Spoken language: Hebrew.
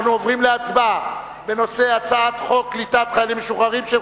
אנחנו עוברים להצבעה על הצעת חוק קליטת חיילים משוחררים(תיקון,